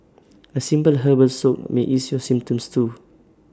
A simple herbal soak may ease your symptoms too